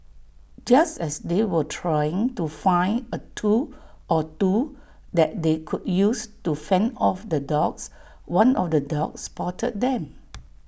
just as they were trying to find A tool or two that they could use to fend off the dogs one of the dogs spotted them